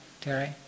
Terry